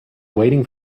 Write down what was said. waiting